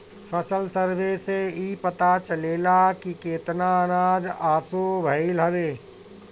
फसल सर्वे से इ पता चलेला की केतना अनाज असो भईल हवे